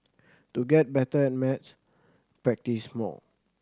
to get better at maths practise more